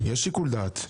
יש שיקול דעת.